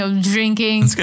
drinking